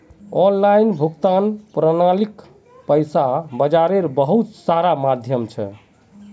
online भुगतान प्रणालीक पैसा बाजारेर बहुत सारा माध्यम छेक